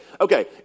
okay